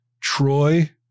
Troy